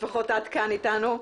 שלפחות את כאן אתנו,